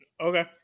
Okay